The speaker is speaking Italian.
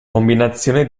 combinazione